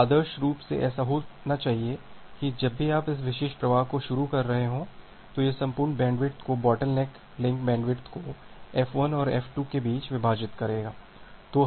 तो आदर्श रूप से ऐसा क्या होना चाहिए कि जब भी आप इस विशेष प्रवाह को शुरू कर रहे हों तो यह संपूर्ण बैंडविड्थ को बोटलनेक लिंक बैंडविड्थ को F1 और F2 के बीच विभाजित करेगा